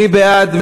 מי בעד?